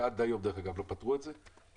שעד היום לא פתרו את זה,